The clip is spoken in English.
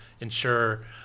ensure